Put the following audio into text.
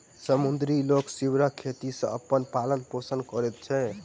समुद्री लोक सीवरक खेती सॅ अपन पालन पोषण करैत अछि